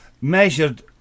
Measured